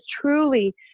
truly